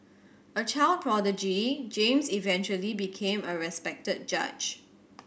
a child prodigy James eventually became a respected judge